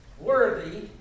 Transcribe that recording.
worthy